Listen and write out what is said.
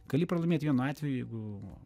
gali pralaimėt vienu atveju jeigu